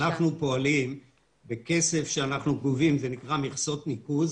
אנחנו פועלים בכסף שאנחנו גובים זה נקרא מכסות ניקוז